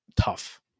tough